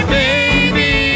baby